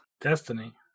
Destiny